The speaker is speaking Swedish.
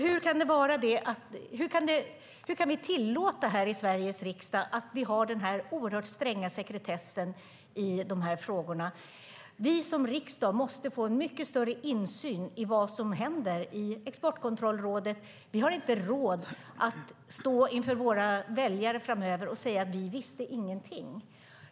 Hur kan vi här i Sveriges riksdag tillåta att vi har denna stränga sekretess i de här frågorna? Riksdagen måste få mycket större insyn i vad som händer i Exportkontrollrådet. Vi kan inte stå inför våra väljare framöver och säga att vi inte visste något.